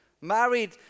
married